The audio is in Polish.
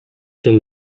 tym